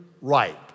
right